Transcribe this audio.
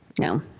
No